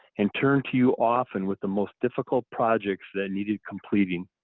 and turned to you often with the most difficult projects that needed completing.